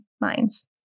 minds